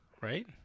right